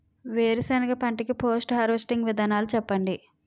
వేరుసెనగ పంట కి పోస్ట్ హార్వెస్టింగ్ విధానాలు చెప్పండీ?